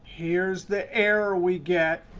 here's the error we get.